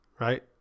right